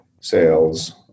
sales